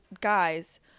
guys